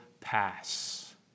pass